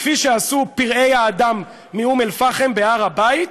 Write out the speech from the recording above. כפי שעשו פראי האדם מאום אלפחם בהר הבית,